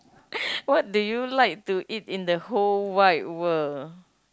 what do you like to eat in the whole wide world